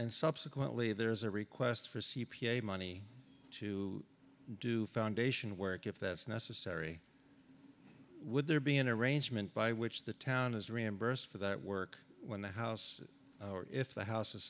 and subsequently there is a request for c p a money to do foundation work if that's necessary would there be an arrangement by which the town is reimbursed for that work when the house or if the house